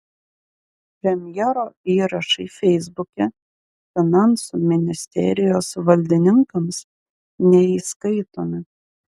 premjero įrašai feisbuke finansų ministerijos valdininkams neįskaitomi